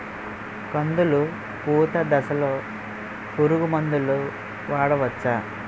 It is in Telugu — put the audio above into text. కందులు పూత దశలో పురుగు మందులు వాడవచ్చా?